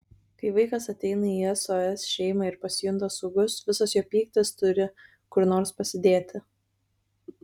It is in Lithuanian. kai vaikas ateina į sos šeimą ir pasijunta saugus visas jo pyktis turi kur nors pasidėti